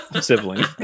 sibling